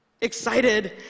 Excited